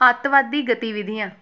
ਅੱਤਵਾਦੀ ਗਤੀਵਿਧੀਆਂ